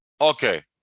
okay